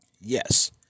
Yes